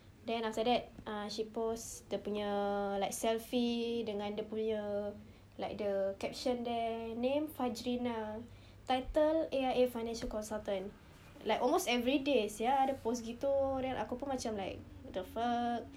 then after that uh she post dia punya like selfie dengan dia punya like the caption there name fadreena title A_I_A financial consultant like almost everyday dia post gitu then aku pun macam like what the fuck